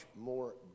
more